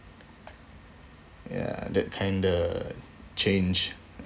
ya that kind of change